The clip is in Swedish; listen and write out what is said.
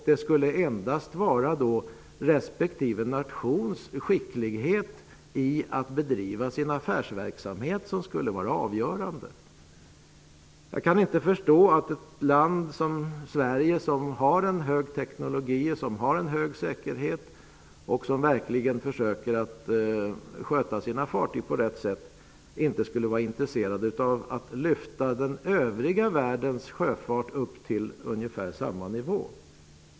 Det skulle endast vara respektive nations skicklighet i att bedriva affärsverksamhet som skulle vara avgörande. Jag kan inte förstå att ett land som Sverige med en hög teknologisk standard och nivå på säkerheten, och som verkligen försöker sköta sina fartyg på rätt sätt, inte skulle vara intresserad av att lyfta den övriga världens sjöfart upp till ungefär samma nivå.